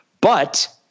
But-